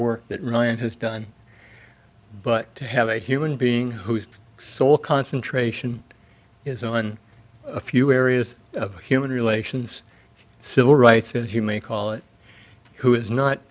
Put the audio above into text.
work that ryan has done but to have a human being whose sole concentration is on a few areas of human relations civil rights as you may call it who is not